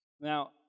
Now